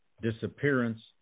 disappearance